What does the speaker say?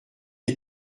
les